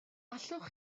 allwch